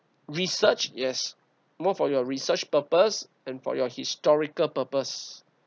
research yes more for your research purpose and for your historical purpose